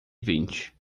vinte